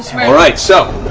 all right, so.